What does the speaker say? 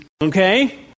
Okay